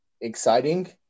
exciting